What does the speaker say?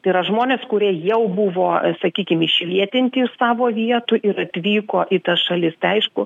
tai yra žmonės kurie jau buvo sakykim išvietinti iš savo vietų ir atvyko į tas šalis tai aišku